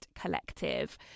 Collective